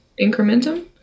incrementum